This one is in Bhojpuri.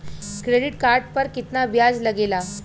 क्रेडिट कार्ड पर कितना ब्याज लगेला?